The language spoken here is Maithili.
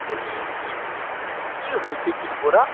तऽ ई की की ई की होयत छै तिलकोरा